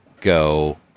go